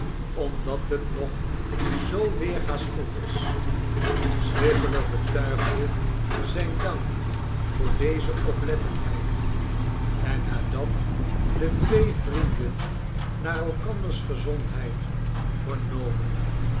omdat het nog zoo weerga's vroeg is swiveller betuigde zijn dank voor deze oplettendheid en nadat de twee vrienden naar elkanders gezondheid vernomen